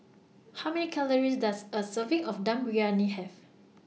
How Many Calories Does A Serving of Dum Briyani Have